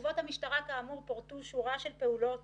בתגובות המשטרה פורטו שורה של פעולות